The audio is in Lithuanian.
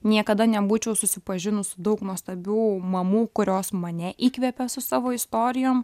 niekada nebūčiau susipažinus su daug nuostabių mamų kurios mane įkvepia su savo istorijom